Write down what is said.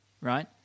right